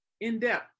in-depth